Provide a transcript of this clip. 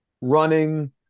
running